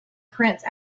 prince